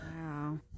Wow